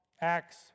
Acts